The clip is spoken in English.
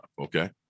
Okay